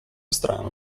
strano